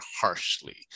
harshly